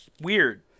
Weird